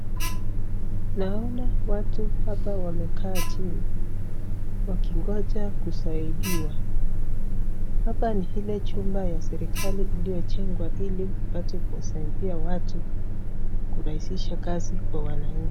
Naona watu hapa wamekaa chini, wakingoja kusaidiwa, hapa ni ile jumba ya serikali iliyojengwa ili upate kusaidia watu kurahisisha kazi kwa wananchi.